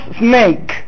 snake